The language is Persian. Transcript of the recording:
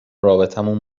رابطمون